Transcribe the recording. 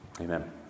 Amen